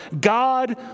God